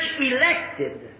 elected